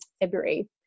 February